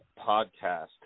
Podcast